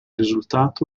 risultato